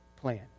plan